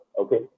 okay